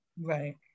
Right